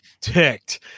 ticked